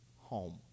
home